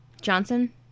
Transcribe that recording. Johnson